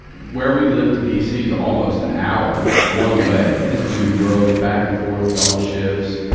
where we lived to dc is almost an hour one way. this dude drove back and forth, double shifts.